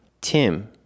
tim